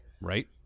Right